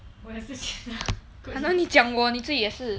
我也是觉得 good looks